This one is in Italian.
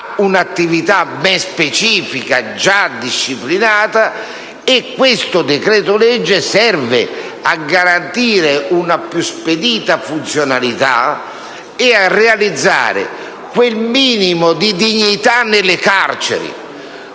un'attività ben specifica e disciplinata. Il provvedimento in esame serve a garantire una più spedita funzionalità e a realizzare un minimo di dignità nelle carceri.